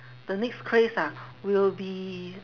the next craze ah will be